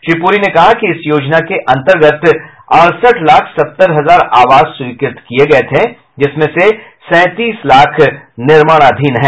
श्री पुरी ने कहा कि इस योजना के अंतर्गत अड़सठ लाख सत्तर हजार आवास स्वीकृत किये गये थे जिसमें से सैंतीस लाख निर्माणाधीन हैं